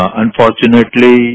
unfortunately